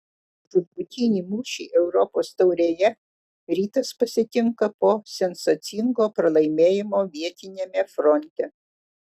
žūtbūtinį mūšį europos taurėje rytas pasitinka po sensacingo pralaimėjimo vietiniame fronte